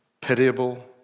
pitiable